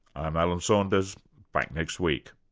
i'm alan saunders, back next week